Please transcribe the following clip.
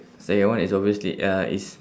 second one is obviously uh is